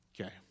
Okay